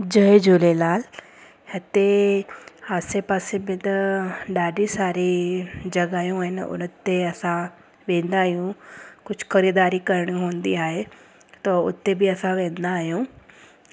जय झूलेलाल हिते आसे पासे में त ॾाढी सारी जॻहियूं आइन उन ते असां वेंदा आहियूं कुझु ख़रीदारी करणी हूंदी आहे त उते बि असां वेंदा आहियूं